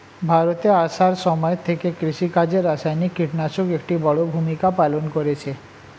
ভারতে আসার সময় থেকে কৃষিকাজে রাসায়নিক কিটনাশক একটি বড়ো ভূমিকা পালন করেছে